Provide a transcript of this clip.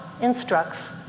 instructs